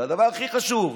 זה הדבר הכי חשוב.